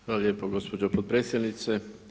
Hvala lijepo gospođo potpredsjednice.